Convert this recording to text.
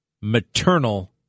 maternal